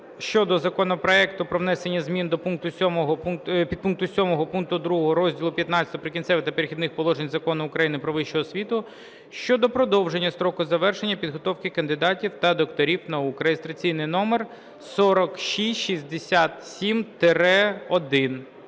щодо законопроекту про внесення зміни до підпункту 7 пункту 2 розділу XV "Прикінцеві та перехідні положення" Закону України "Про вищу освіту" щодо продовження строку завершення підготовки кандидатів та докторів наук (реєстраційний номер 4667-1).